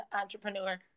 entrepreneur